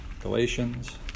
Galatians